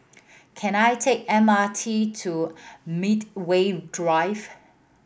can I take M R T to Medway Drive